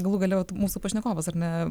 galų gale vat mūsų pašnekovas ar ne